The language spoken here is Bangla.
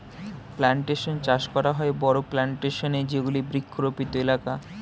প্লানটেশন চাষ করা হয় বড়ো প্লানটেশন এ যেগুলি বৃক্ষরোপিত এলাকা